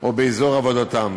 או באזור עבודתם.